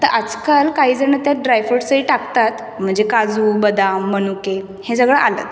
तर आजकाल काही जण त्यात ड्रायफ्रुट्सही टाकतात म्हणजे काजू बदाम मनुके हे सगळं आलंच